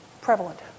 prevalent